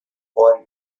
for